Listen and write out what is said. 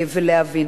ולהבין,